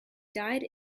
died